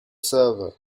server